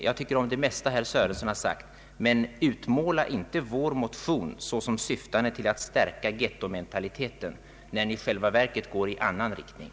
Jag tycker om det mesta som herr Sörenson har sagt, men utmåla inte vår motion såsom syftande till att stärka ghettomentaliteten, när motionen i själva verket går i annan riktning.